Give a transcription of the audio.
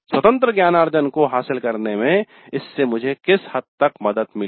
स्वतंत्र ज्ञानार्जन को हासिल करने में इससे मुझे किस हद तक मदद मिली